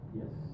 yes